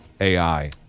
AI